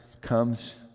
comes